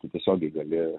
tu tiesiogiai gali